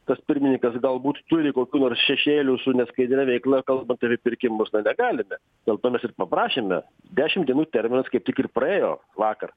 tas pirmininkas galbūt turi kokių nors šešėlių su neskaidria veikla kalbant apie pirkimus na galime dėl to mes ir paprašėme dešim dienų terminas kaip tik ir praėjo vakar